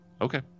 okay